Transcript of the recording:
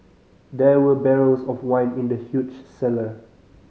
there were barrels of wine in the huge cellar